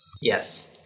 Yes